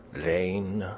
lane.